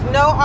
no